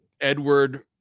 Edward